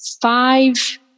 five